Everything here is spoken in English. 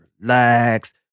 relax